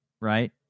right